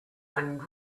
and